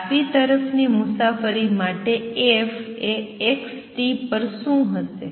ડાબી તરફની મુસાફરી માટે f એ xt પર શું હશે